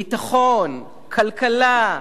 ביטחון, כלכלה,